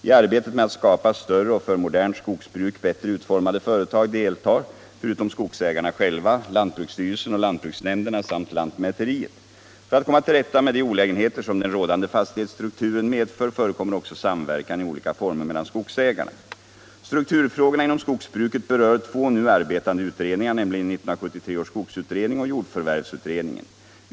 I arbetet med att skapa större och för modernt skogsbruk bättre utformade företag deltar, förutom skogsägarna själva, lantbruksstyrelsen och lantbruksnämnderna samt lantmäteriet. För att komma till rätta med de olägenheter som den rådande fastighetsstrukturen medför förekommer också samverkan i olika former mellan skogsägarna. Strukturfrågorna inom skogsbruket berör två nu arbetande utredningar, nämligen 1973 års skogsutredning och jordförvärvsutredningen.